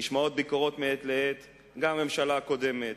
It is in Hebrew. נשמעות ביקורות מעת לעת גם על הממשלה הקודמת,